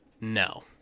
No